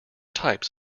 types